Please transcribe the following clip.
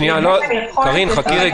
קארין.